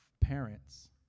parents